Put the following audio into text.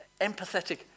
empathetic